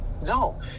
no